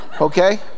okay